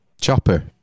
Chopper